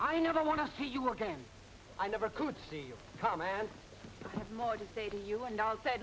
i never want to see you again i never could see your comment more to say to you and sa